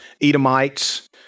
Edomites